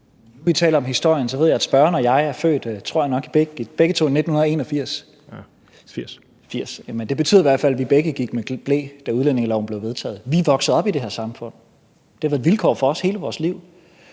vi taler om historien, tror jeg, at spørgeren og jeg begge to er født i 1981. (Morten Messerschmidt (DF): 1980). Ja, det betyder i hvert fald, at vi begge gik med ble, da udlændingeloven blev vedtaget. Vi er vokset op i det her samfund. Det har været et vilkår for os hele vores liv.